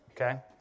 Okay